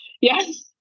Yes